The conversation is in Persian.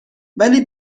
ولی